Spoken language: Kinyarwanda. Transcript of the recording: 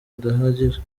adahagije